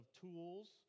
tools